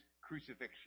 crucifixion